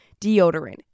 deodorant